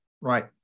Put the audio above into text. right